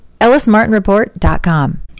ellismartinreport.com